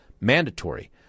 mandatory